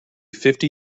fifty